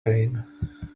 pain